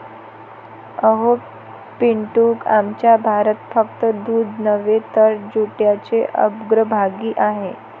अहो पिंटू, आमचा भारत फक्त दूध नव्हे तर जूटच्या अग्रभागी आहे